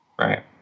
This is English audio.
Right